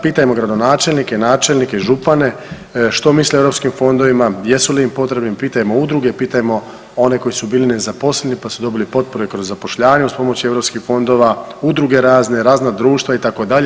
Pitajmo gradonačelnike, načelnike, župane što misle o europskim fondovima jesu li im potrebni, pitajmo udruge, pitajmo one koji su bili nezaposleni pa su dobili potpore kroz zapošljavanje uz pomoć europskih fondova, udruge razne, razna društva itd.